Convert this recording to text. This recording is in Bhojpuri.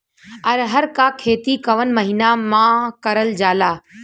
अरहर क खेती कवन महिना मे करल जाला?